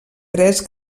pres